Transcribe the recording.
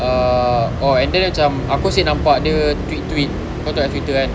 err orh and then cam aku asyik nampak dia tweet tweet kau tahu yang Twitter kan